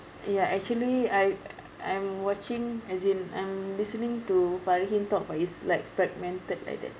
ya actually I I'm watching as in I'm listening to farihin talk but it's like fragmented like that